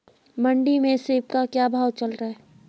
मंडी में सेब का क्या भाव चल रहा है?